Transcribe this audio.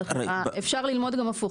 אפשר ללמוד גם הפוך,